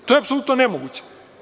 To je apsolutno nemoguće.